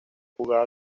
jugaba